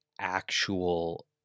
actual